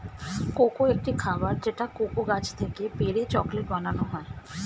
cocoa একটি খাবার যেটা কোকো গাছ থেকে পেড়ে চকলেট বানানো হয়